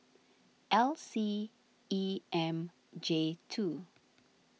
L C E M J two